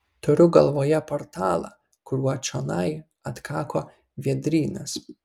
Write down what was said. turiu galvoje portalą kuriuo čionai atkako vėdrynas